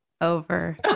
over